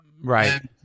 Right